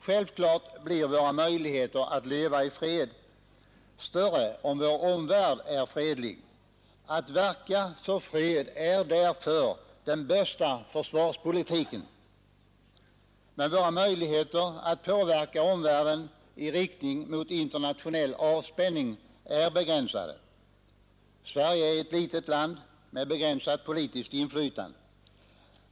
Självklart blir våra möjligheter att leva i fred större, om vår omvärld är fredlig. Att verka för fred är därför den bästa försvarspolitiken. Men våra möjligheter att påverka omvärlden i riktning mot internationell avspänning är begränsade. Sverige är ett litet land med begränsat politiskt inflytande.